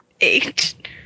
eight